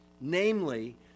namely